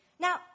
Now